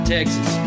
Texas